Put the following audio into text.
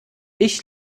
ich